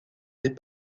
des